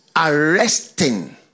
Arresting